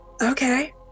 Okay